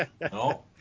no